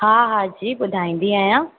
हा हा जी ॿुधाईंदी आहियां